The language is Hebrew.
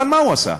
אבל מה הוא עשה?